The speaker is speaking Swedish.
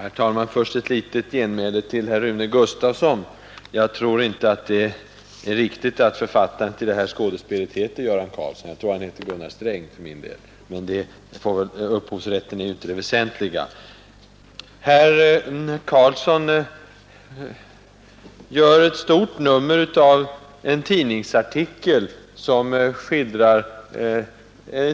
Herr talman! Först ett litet genmäle till herr Rune Gustavsson. Jag tror inte att det är riktigt att författaren till detta skådespel heter Göran Karlsson. Jag tror för min del att han heter Gunnar Sträng. Men upphovsrätten är kanske inte det väsentliga. Herr Karlsson gör stort nummer av en tidningsartikel som skildrar